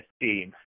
team